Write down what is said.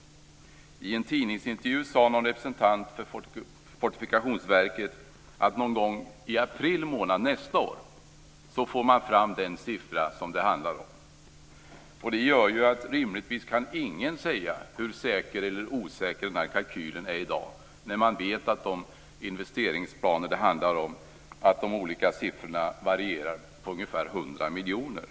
I en tidningsintervju sade en representant för Fortifikationsverket att man någon gång i april nästa år får fram den siffra det handlar om. Det gör ju att ingen rimligtvis kan säga hur säker eller osäker kalkylen i dag är, när man vet att de olika siffrorna i de investeringsplaner det handlar om varierar med ungefär 100 miljoner.